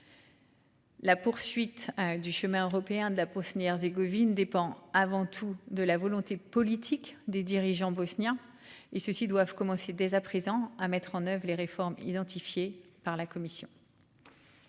La poursuite du chemin européen d'Apps Hosni Herzégovine dépend avant tout de la volonté politique des dirigeants bosniens et ceux-ci doivent commencer dès à présent à mettre en oeuvre les réformes identifiées par la commission.--